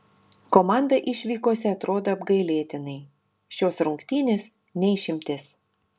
komanda išvykose atrodo apgailėtinai šios rungtynės ne išimtis